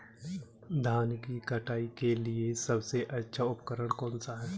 धान की कटाई के लिए सबसे अच्छा उपकरण कौन सा है?